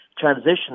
transition